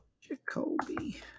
Jacoby